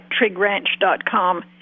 TrigRanch.com